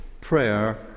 prayer